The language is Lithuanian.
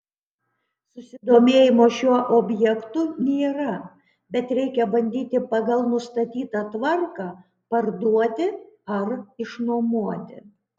susidomėjimo šiuo objektu nėra bet reikia bandyti pagal nustatytą tvarką parduoti ar išnuomoti